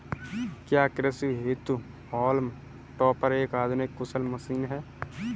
क्या कृषि हेतु हॉल्म टॉपर एक आधुनिक कुशल मशीन है?